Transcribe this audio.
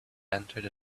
entered